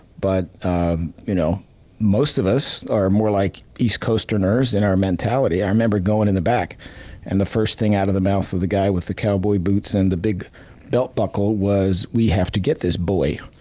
but um you know most of us are more like east coasters in our mentality. i remember going in the back and the first thing out of the mouth of the guy with the cowboy boots and the big belt buckle was, we have to get this boy.